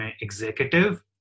executive